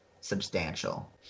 substantial